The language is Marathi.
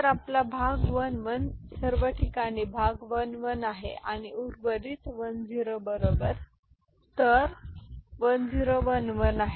तर आपला भाग 1 1 सर्व ठीक भाग 1 1 आहे आणि उर्वरित 1 0 बरोबर आहे तर 1 0 1 1 आहे